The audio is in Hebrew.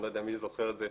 אני לא יודע מי זוכר את זה,